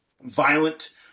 violent